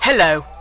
Hello